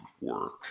work